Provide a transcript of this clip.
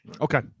Okay